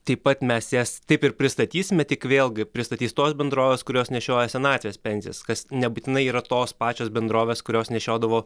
taip pat mes jas taip ir pristatysime tik vėlgi pristatys tos bendrovės kurios nešioja senatvės pensijas kas nebūtinai yra tos pačios bendrovės kurios nešiodavo